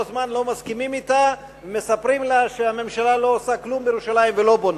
זמן לא מסכימים אתה ומספרים לה שהממשלה לא עושה כלום בירושלים ולא בונה.